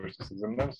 ruoštis egzaminams